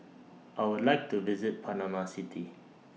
I Would like to visit Panama City